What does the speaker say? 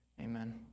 amen